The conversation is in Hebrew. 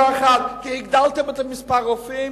הגדלתם את מספר הרופאים?